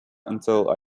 until